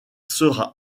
sera